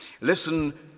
Listen